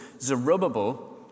Zerubbabel